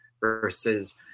versus